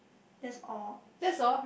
that's all